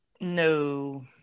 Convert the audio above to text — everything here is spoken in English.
No